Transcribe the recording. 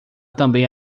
também